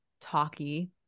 talky